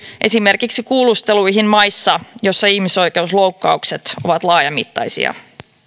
esimerkiksi kuulusteluihin maissa joissa ihmisoikeusloukkaukset ovat laajamittaisia